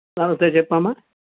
నమస్తే చెప్పమ్మా